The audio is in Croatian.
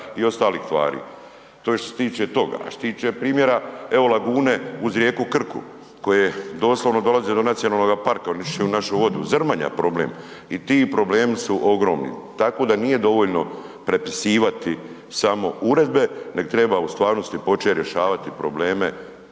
i ostalih tvari. To je što se tiče toga. A što se tiče primjera, evo lagune uz rijeku Krku, koje doslovno dolaze do nacionalnoga parka unići će u našu vodu, Zrmanja problem i to problemi su ogromni. Tako da nije dovoljno prepisivati samo uredbe neg treba u stvarnosti počet rješavati probleme